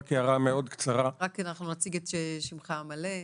אנחנו רק נציג את שמך המלא.